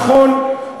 נכון,